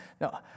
No